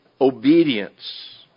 obedience